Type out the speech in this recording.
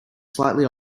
slightly